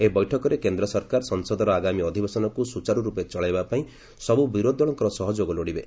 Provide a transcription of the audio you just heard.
ଏହି ବୈଠକରେ କେନ୍ଦ୍ର ସରକାର ସଂସଦର ଆଗାମୀ ଅଧିବେଶନକୁ ସୂଚାରୁରୂପେ ଚଳାଇବା ପାଇଁ ସବୁ ବିରୋଧୀ ଦଳଙ୍କର ସହଯୋଗ ଲୋଡ଼ିବେ